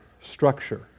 structure